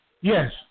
Yes